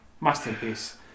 Masterpiece